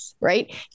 right